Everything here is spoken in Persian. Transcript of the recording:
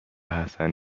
حسن